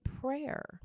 prayer